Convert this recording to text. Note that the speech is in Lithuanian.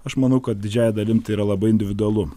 aš manau kad didžiąja dalim tai yra labai individualu